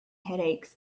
headaches